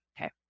Okay